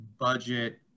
budget